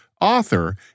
author